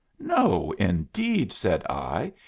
no, indeed, said i.